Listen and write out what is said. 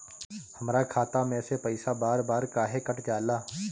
हमरा खाता में से पइसा बार बार काहे कट जाला?